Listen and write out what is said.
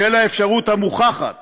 בשל האפשרות המוכחת